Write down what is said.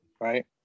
right